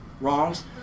wrongs